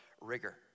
rigor